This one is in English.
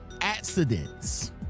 accidents